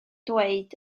dweud